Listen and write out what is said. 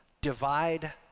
divide